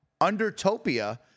Undertopia